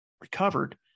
recovered